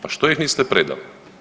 Pa što ih niste predali?